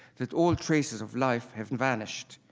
that all traces of life have vanished.